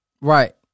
Right